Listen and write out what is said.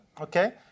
Okay